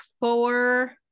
four